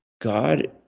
God